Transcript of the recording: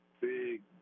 big